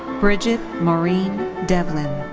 bridget maureen devlin.